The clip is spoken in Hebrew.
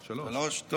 שלוש.